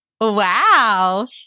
Wow